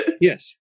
yes